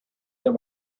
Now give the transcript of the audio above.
der